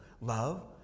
love